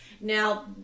Now